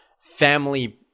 family